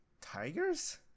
tigers